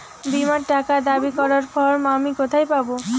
বীমার টাকা দাবি করার ফর্ম আমি কোথায় পাব?